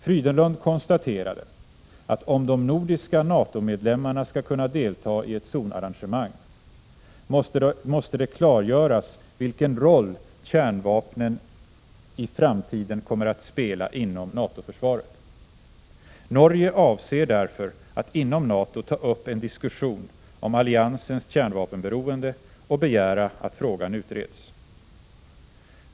Frydenlund konstaterade att om de nordiska NATO-medlemmarna skall kunna delta i ett zonarrangemang, måste det klargöras vilken roll kärnvapnen i framtiden kommer att spela inom NATO-försvaret. Norge avser därför att inom NATO ta upp en diskussion om alliansens kärnvapenberoende och begära att frågan utreds.